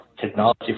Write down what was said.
technology